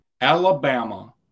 Alabama